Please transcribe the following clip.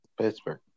Pittsburgh